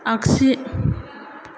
आगसि